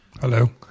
Hello